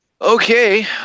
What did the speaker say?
Okay